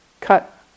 cut